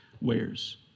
wears